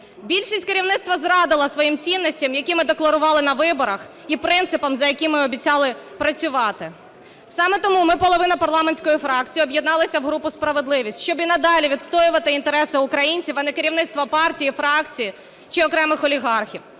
Більшість керівництва зрадила своїм цінностям, які ми декларували на виборах, і принципам, за якими ми обіцяли працювати. Саме тому ми, половина парламентської фракції, об'єдналися в групу "Справедливість", щоб і надалі відстоювати інтереси українців, а не керівництво партії, фракції чи окремих олігархів.